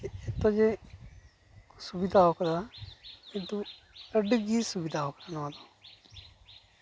ᱮᱛᱚ ᱡᱮ ᱠᱚ ᱥᱩᱵᱤᱫᱟ ᱠᱟᱫᱟ ᱠᱤᱱᱛᱩ ᱟᱹᱰᱤᱜᱮ ᱥᱩᱵᱤᱫᱟᱣ ᱠᱟᱱᱟ ᱱᱚᱣᱟᱫᱚ